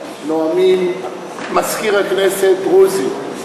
מזכיר הכנסת דרוזי,